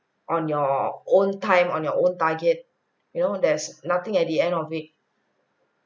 on your own time on your own target you know there's nothing at the end of it